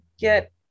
get